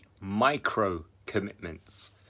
micro-commitments